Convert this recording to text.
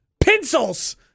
Pencils